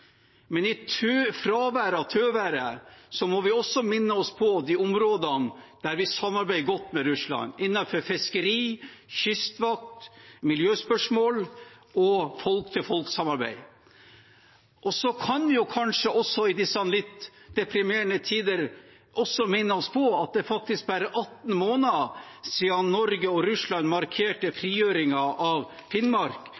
Men i fravær av tøværet må vi også minne oss på de områdene der vi samarbeider godt med Russland, innenfor fiskeri, kystvakt, miljøspørsmål og folk-til-folk-samarbeid. Så kan vi jo kanskje i disse litt deprimerende tider også minne oss på at det er faktisk bare 18 måneder siden Norge og Russland markerte